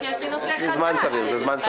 זה זמן סביר, זמן סביר.